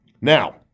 Now